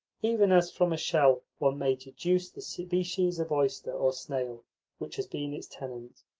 even as from a shell one may deduce the species of oyster or snail which has been its tenant,